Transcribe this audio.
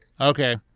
Okay